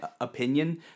opinion